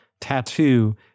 tattoo